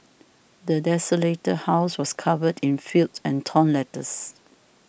the desolated house was covered in filth and torn letters